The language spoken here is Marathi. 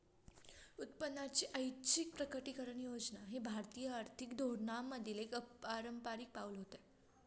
उत्पन्नाची ऐच्छिक प्रकटीकरण योजना हे भारतीय आर्थिक धोरणांमधील एक अपारंपारिक पाऊल होते